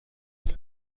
گروه